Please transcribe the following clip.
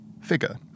figure